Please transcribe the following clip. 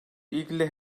ilgili